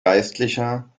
geistlicher